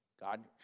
God